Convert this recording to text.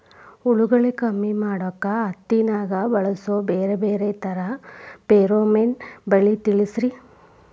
ಹುಳುಗಳು ಕಮ್ಮಿ ಮಾಡಾಕ ಹತ್ತಿನ್ಯಾಗ ಬಳಸು ಬ್ಯಾರೆ ಬ್ಯಾರೆ ತರಾ ಫೆರೋಮೋನ್ ಬಲಿ ತಿಳಸ್ರಿ